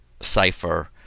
cipher